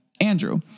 Andrew